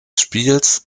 spiels